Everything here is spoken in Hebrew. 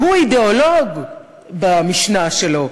שהוא אידיאולוג במשנה שלו,